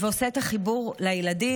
ועושה את החיבור לילדים.